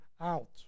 out